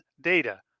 data